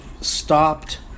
stopped